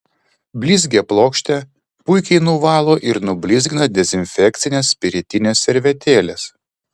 blizgią plokštę puikiai nuvalo ir nublizgina dezinfekcinės spiritinės servetėlės